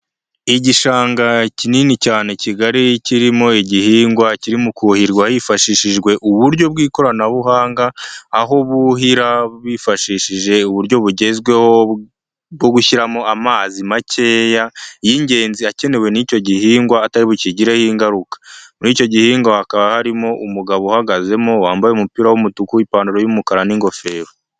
Igishanga kinini cyane kigali kirimo igihingwa kiri mu kuhirwa hifashishijwe uburyo bw'ikoranabuhanga aho buhira bifashishije uburyo bugezweho bwo gushyiramo amazi makeya y'ingenzi akenewe n'icyo gihingwa atari bukigireho ingaruka, muri icyo gihingwa hakaba harimo umugabo uhagazemo wambaye umupira w'umutuku ipantaro y'umukara n'ingofero.